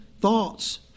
thoughts